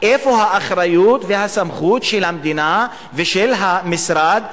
איפה האחריות והסמכות של המדינה ושל המשרד הרלוונטי,